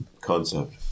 concept